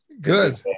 good